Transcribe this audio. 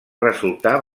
resultar